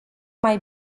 mai